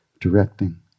directing